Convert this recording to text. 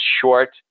short